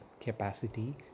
capacity